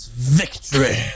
Victory